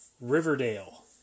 Riverdale